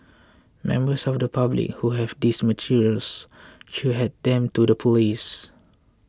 members of the public who have these materials should hand them to the police